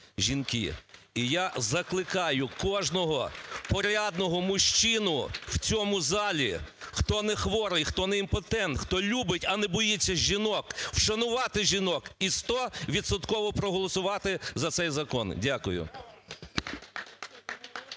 І я закликаю кожного порядного мужчину в цьому залі, хто не хворий, хто не імпотент, хто любить, а не боїться жінок, вшанувати жінок і стовідсотково проголосувати за цей закон. Дякую.